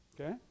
Okay